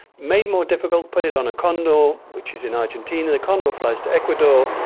made more difficult, put it on a condor which is in argentina, the condor flies to ecuador,